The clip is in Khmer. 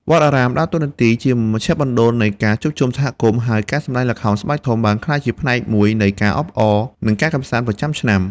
វត្តអារាមដើរតួនាទីជាមជ្ឈមណ្ឌលនៃការជួបជុំសហគមន៍ ហើយការសម្តែងល្ខោនស្បែកធំបានក្លាយជាផ្នែកមួយនៃការអបអរ និងការកម្សាន្តប្រចាំឆ្នាំ។